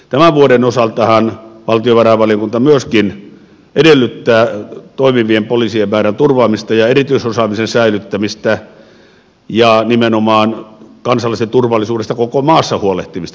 tämän vuoden osaltahan valtiovarainvaliokunta myöskin edellyttää toimivien poliisien määrän turvaamista ja erityisosaamisen säilyttämistä ja nimenomaan kansallisesta turvallisuudesta koko maassa huolehtimista